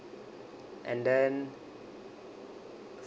and then